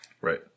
Right